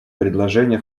предложение